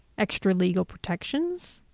extra legal protections,